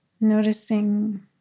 noticing